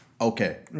Okay